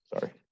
sorry